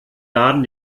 laden